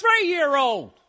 three-year-old